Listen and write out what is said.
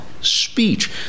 speech